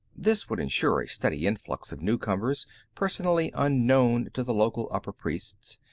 this would insure a steady influx of newcomers personally unknown to the local upper-priests,